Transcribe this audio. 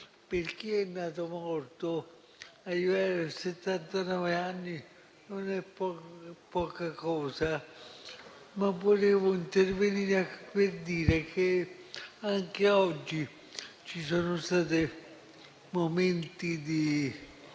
Per chi è nato morto, arrivare a settantanove anni non è poca cosa, ma volevo intervenire per dire che anche oggi ci sono stati momenti di